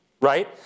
right